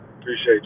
Appreciate